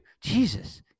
Jesus